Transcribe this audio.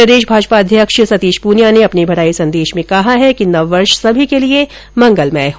प्रदेश भाजपा अध्यक्ष सतीश पूनिया ने अपने बधाई संदेश में कहा है कि नववर्ष सभी के लिए मंगलमय हो